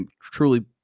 truly